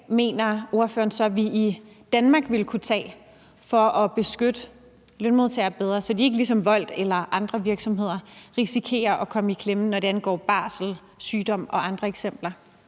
mener ordføreren så vi i Danmark vil kunne tage for at beskytte lønmodtagere bedre, så de ikke ligesom ved Wolt eller andre virksomheder risikerer at komme i klemme, når det angår barsel, sygdom og andre eksempler?